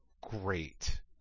great